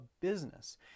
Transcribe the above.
business